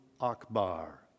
Akbar